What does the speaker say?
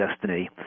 destiny